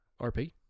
RP